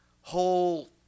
whole